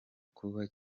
kuba